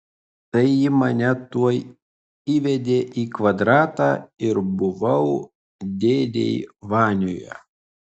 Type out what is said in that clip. tai ji mane tuoj įvedė į kvadratą ir buvau dėdėj vanioje